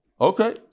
Okay